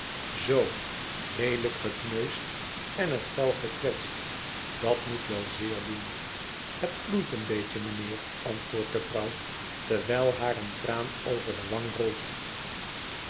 zoo leelijk gekneusd en het vel gekwetst dat moet wel zeer doen het gloeit een beetje mijnheer antwoordt de vrouw terwijl haar een traan over de wang rolt